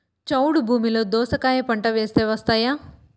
చౌడు భూమిలో దోస కాయ పంట వేస్తే వస్తాయా?